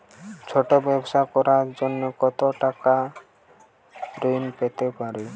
ছোট ব্যাবসা করার জন্য কতো টাকা ঋন পেতে পারি?